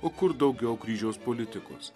o kur daugiau kryžiaus politikos